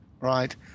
Right